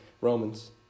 Romans